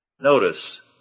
Notice